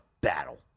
battle